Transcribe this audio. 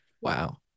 wow